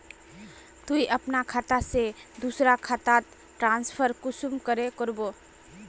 तुई अपना खाता से दूसरा खातात ट्रांसफर कुंसम करे करबो?